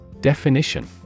Definition